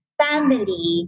family